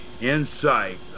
insight